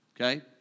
Okay